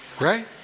right